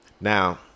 Now